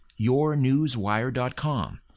YourNewsWire.com